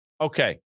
Okay